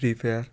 free fire